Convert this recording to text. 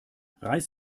reiß